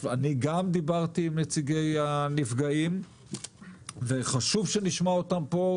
דברתי גם עם נציגי הנפגעים וחשוב שנשמע אותם פה,